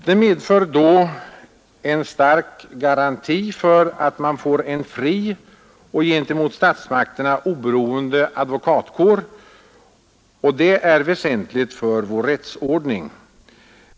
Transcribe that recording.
Det medför då en stark garanti för att man får en fri och gentemot statsmakterna oberoende advokatkår, och det är väsentligt för vår rättsordning.